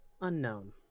Unknown